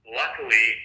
luckily